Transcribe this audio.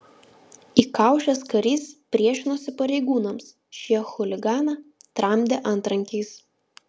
įkaušęs karys priešinosi pareigūnams šie chuliganą tramdė antrankiais